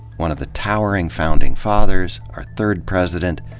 one of the towering founding fathers, our third president,